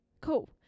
Cool